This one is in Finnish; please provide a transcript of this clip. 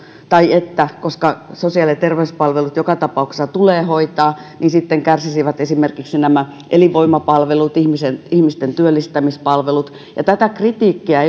tai että koska sosiaali ja terveyspalvelut joka tapauksessa tulee hoitaa niin sitten kärsisivät esimerkiksi elinvoimapalvelut ihmisten ihmisten työllistämispalvelut ja tätä kritiikkiä